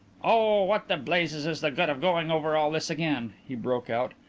oh, what the blazes is the good of going over all this again! he broke out.